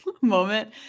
moment